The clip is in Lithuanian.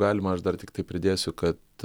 galima aš dar tiktai pridėsiu kad